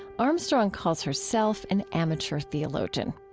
armstrong calls herself an amateur theologian.